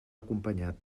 acompanyat